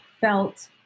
felt